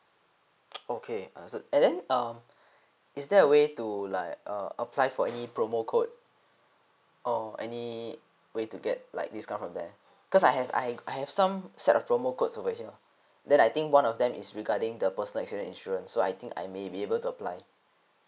okay understood and then um is there a way to like uh apply for any promo code or any waiy to get like discount from there because I have I I have some set promo codes over here then I think one of them is regarding the personal accident insurance so I think I may be able to apply